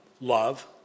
Love